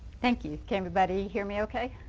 thank you. can everybody hear me okay?